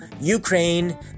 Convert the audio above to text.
Ukraine